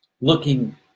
looking